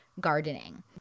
gardening